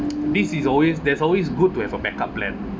this is always there's always good to have a backup plan